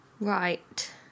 Right